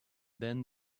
then